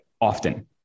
often